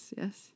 yes